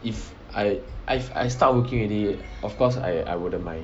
if I if I start working already of course I I wouldn't mind